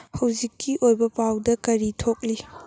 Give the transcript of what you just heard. ꯍꯧꯖꯤꯛꯀꯤ ꯑꯣꯏꯕ ꯄꯥꯎꯗ ꯀꯔꯤ ꯊꯣꯛꯂꯤ